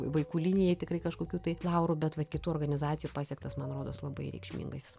vaikų linijai tikrai kažkokių tai laurų bet va kitų organizacijų pasiektas man rodos labai reikšmingas